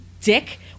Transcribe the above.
dick